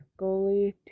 goalie